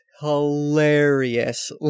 hilarious